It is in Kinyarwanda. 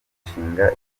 imishinga